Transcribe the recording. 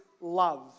love